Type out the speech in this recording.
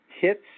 hits